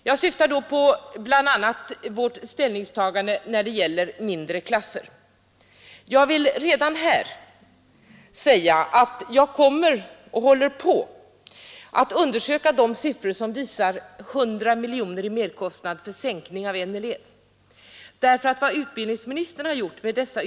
Jag syftar här bl.a. på vårt ställningstagande när det gäller mindre klasser. Jag vill redan nu säga att jag håller på att undersöka de siffror som skulle visa att det blir en merkostnad av 100 miljoner kronor för att minska klasserna med en elev.